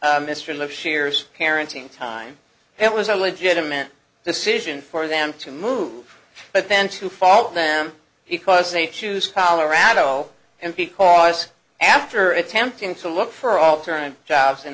with mr live sheers parenting time it was a legitimate decision for them to move but then to fault them because they choose colorado and because after attempting to look for alternative jobs in